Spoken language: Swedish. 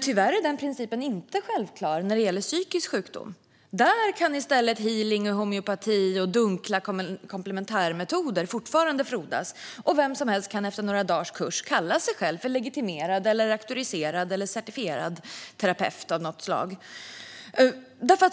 Tyvärr är denna princip inte självklar när det gäller psykisk sjukdom. Där kan healing, homeopati och dunkla komplementärmetoder fortfarande frodas, och vem som helst kan efter några dagars kurs kalla sig legitimerad, auktoriserad eller certifierad terapeut av något slag.